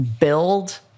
build